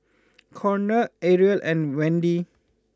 Konner Ariel and Wende